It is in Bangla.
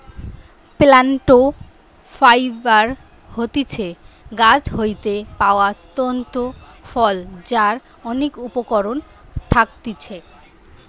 প্লান্ট ফাইবার হতিছে গাছ হইতে পাওয়া তন্তু ফল যার অনেক উপকরণ থাকতিছে